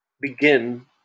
begin